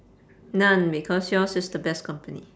none because yours is the best company